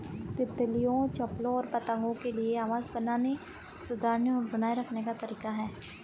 तितलियों, चप्पलों और पतंगों के लिए आवास बनाने, सुधारने और बनाए रखने का तरीका है